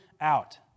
out